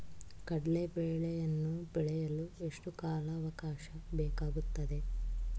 ಕಡ್ಲೆ ಬೇಳೆಯನ್ನು ಬೆಳೆಯಲು ಎಷ್ಟು ಕಾಲಾವಾಕಾಶ ಬೇಕಾಗುತ್ತದೆ?